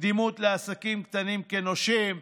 קדימות לעסקים קטנים כנושים,